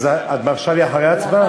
את מרשה לי אחרי ההצבעה?